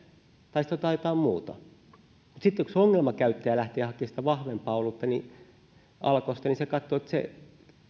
tai sitten otan jotain muuta mutta sitten kun se ongelmakäyttäjä lähtee hakemaan sitä vahvempaa olutta alkosta niin se katsoo että se